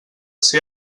ser